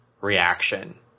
reaction